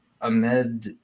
Ahmed